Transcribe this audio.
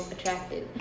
attractive